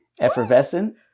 effervescent